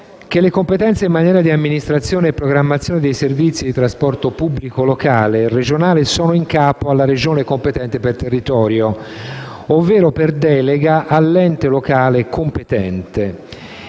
che le competenze in materia di amministrazione e programmazione dei servizi di trasporto pubblico locale e regionale sono poste in capo alla Regione competente per territorio, ovvero per delega all'ente locale competente,